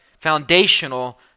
foundational